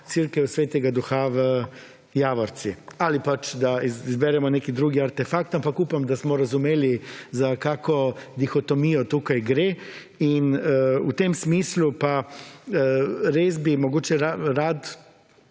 cerkev sv. Duha v Javorci ali pač da izberemo nek drug artefakt, ampak upam, da smo razumeli za kakšno dihotomijo tukaj gre. V tem smislu pa res bi mogoče rad